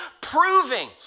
proving